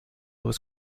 was